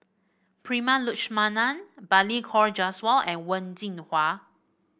Prema Letchumanan Balli Kaur Jaswal and Wen Jinhua